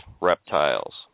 reptiles